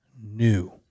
new